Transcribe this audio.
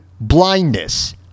blindness